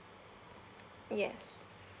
yes